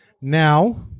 Now